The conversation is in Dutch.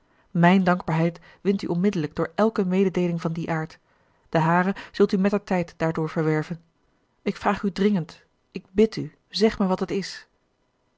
mijne dankbaarheid wint u onmiddellijk door elke mededeeling van dien aard de hare zult u mettertijd daardoor verwerven ik vraag u dringend ik bid u zeg mij wat het is